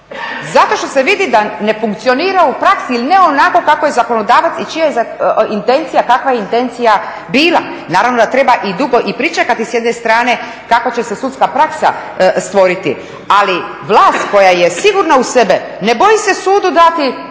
u praksi, ne funkcionira u praksi ili ne onako kako je zakonodavac i čija je intencija, kakva je intencija bila. Naravno da treba i dugo i pričekati s jedne strane kako će se sudska praksa stvorit, ali vlast koja je sigurna u sebe, ne boji se sudu dati